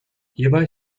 hierbei